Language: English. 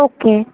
okay